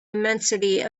immensity